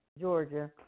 Georgia